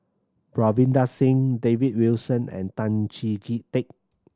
Ravinder Singh David Wilson and Tan Chee Teck